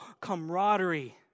camaraderie